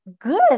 good